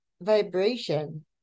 vibration